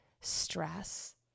stress